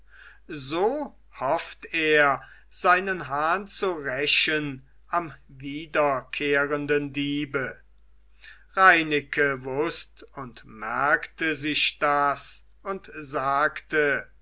so hofft er seinen hahn zu rächen am wiederkehrenden diebe reineke wußt und merkte sich das und sagte